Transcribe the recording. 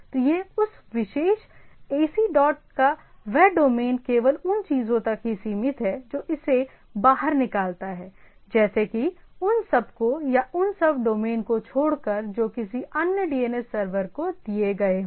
तो उस विशेष एसी डॉट का वह डोमेन केवल उन चीजों तक ही सीमित है जो इसे बाहर निकालता है जैसे कि उन सबको या उन सब डोमेन को छोड़कर जो किसी अन्य DNS सर्वर को दिए गए हों